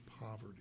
poverty